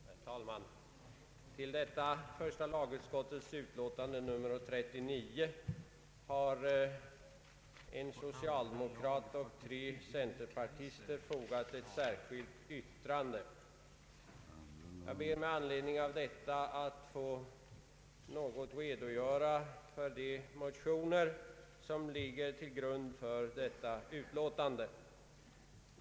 Herr talman! Till detta första lagutskottets utlåtande nr 39 har en socialdemokrat och tre centerpartister fogat ett särskilt yttrande. Jag ber med anledning av detta att få något redogöra för de motioner som ligger till grund för detta utlåtande.